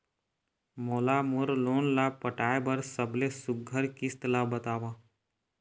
मोला मोर लोन ला पटाए बर सबले सुघ्घर किस्त ला बताव?